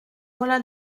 voilà